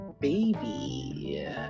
baby